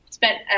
spent